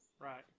right